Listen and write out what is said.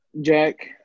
Jack